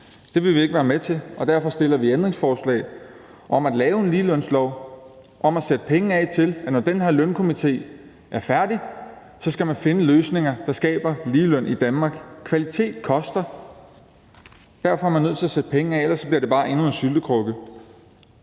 Det vil vi ikke være med til, og derfor stiller vi ændringsforslag om at lave en ligelønslov om at sætte penge af til, at når den her lønstrukturkomité er færdig, skal man finde løsninger, der skaber ligeløn i Danmark. Kvalitet koster, og derfor er man nødt til at sætte penge af. Ellers bliver det bare endnu en syltekrukke.